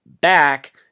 back